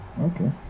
Okay